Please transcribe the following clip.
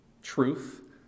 Truth